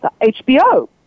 HBO